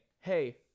hey